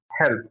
help